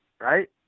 right